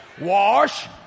Wash